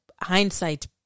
hindsight